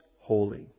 holy